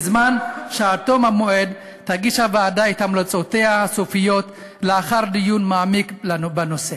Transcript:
ועד תום המועד תגיש הוועדה את המלצותיה הסופיות לאחר דיון מעמיק בנושא.